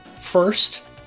first